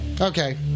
Okay